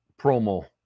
promo